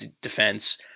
defense